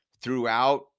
throughout